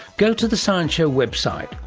go to the science show website,